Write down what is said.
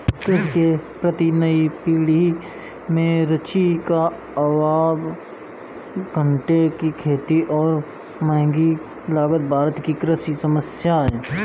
कृषि के प्रति नई पीढ़ी में रुचि का अभाव, घाटे की खेती और महँगी लागत भारत की कृषि समस्याए हैं